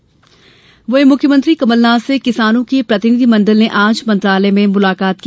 कमलनाथ मुलाकात मुख्यमंत्री कमलनाथ से किसानों के प्रतिनिधि मंडल ने आज मंत्रालय में मुलाकात की